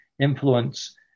influence